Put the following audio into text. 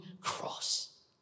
cross